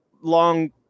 long